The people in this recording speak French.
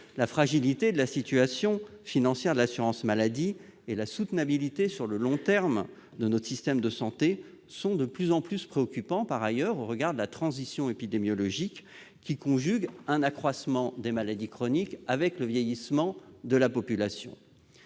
la fragilité de la situation financière de l'assurance maladie et la soutenabilité sur le long terme de notre système de santé sont de plus en plus préoccupantes, au regard de la transition épidémiologique, qui conjugue un accroissement des maladies chroniques avec le vieillissement de la population.